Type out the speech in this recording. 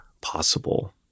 possible